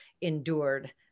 endured